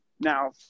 now